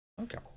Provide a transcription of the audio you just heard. Okay